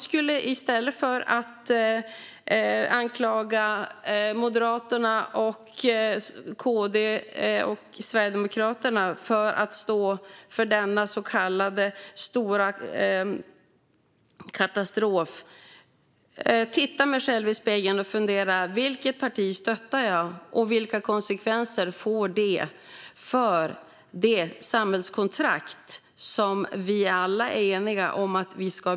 I stället för att anklaga Moderaterna, Kristdemokraterna och Sverigedemokraterna för att vara skyldiga till denna stora katastrof borde Ida Gabrielsson se sig själv i spegeln och fråga vilket parti hon stöttar och vilka konsekvenser det får för det samhällskontrakt vi alla är eniga om att vi ska ha.